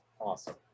Awesome